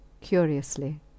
curiously